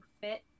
fit